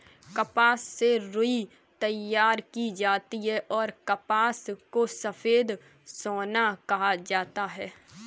कपास से रुई तैयार की जाती हैंऔर कपास को सफेद सोना कहा जाता हैं